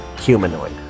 humanoid